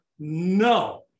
No